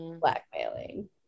Blackmailing